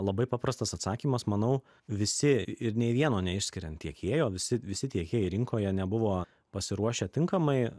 labai paprastas atsakymas manau visi ir nei vieno neišskiriant tiekėjo visi visi tiekėjai rinkoje nebuvo pasiruošę tinkamai